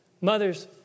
Mothers